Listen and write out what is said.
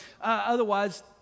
otherwise